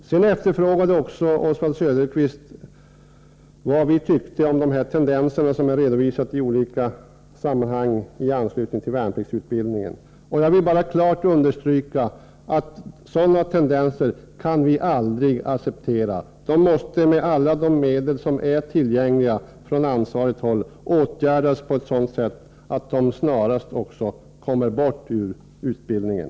Sedan frågade Oswald Söderqvist också vad vi tyckte om de tendenser som har redovisats i olika sammanhang i anslutning till värnpliktsutbildningen. Jag vill klart understryka att vi aldrig kan acceptera sådana tendenser. De måste med alla medel som är tillgängliga från ansvarigt håll motarbetas på ett sådant sätt att de snarast kommer bort från utbildningen.